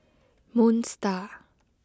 Moon Star